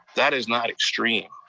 that is not extreme.